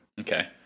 Okay